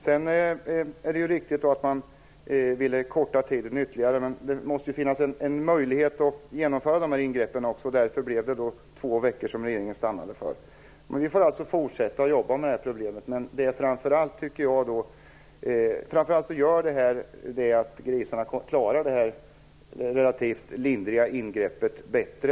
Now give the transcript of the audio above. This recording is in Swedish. Det är riktigt att man ville korta tiden ytterligare. Men det måste finnas en möjlighet att genomföra ingreppen också. Därför stannade regeringen för två veckor. Vi får fortsätta att jobba med problemet. Framför allt tycker jag att regeln med den kortare tiden innebär att grisarna klarar det relativt lindriga ingreppet bättre.